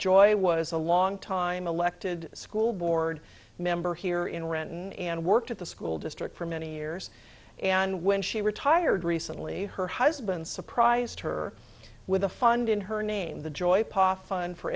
joy i was a long time elected school board member here in renton and worked at the school district for many years and when she retired recently her husband surprised her with the fund in her name the joy pot fun for